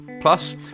Plus